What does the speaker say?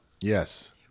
Yes